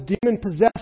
demon-possessed